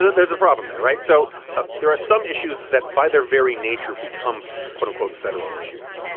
there's a problem there, right? so ah there are some issues that by their very nature become federal issues.